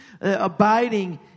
Abiding